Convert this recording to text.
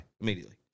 Immediately